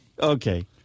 okay